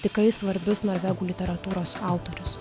tikrai svarbius norvegų literatūros autorius